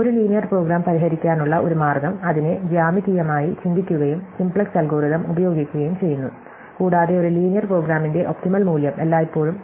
ഒരു linear program പരിഹരിക്കാനുള്ള ഒരു മാർഗ്ഗം അതിനെ ജ്യാമിതീയമായി ചിന്തിക്കുകയും സിംപ്ലക്സ് അൽഗോരിതം ഉപയോഗിക്കുകയും ചെയ്യുന്നു കൂടാതെ ഒരു ലീനിയർ പ്രോഗ്രാമിന്റെ ഒപ്റ്റിമൽ മൂല്യം എല്ലായ്പ്പോഴും